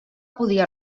podia